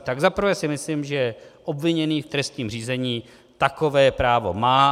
Tak za prvé si myslím, že obviněný v trestním řízení takové právo má.